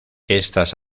estas